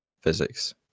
physics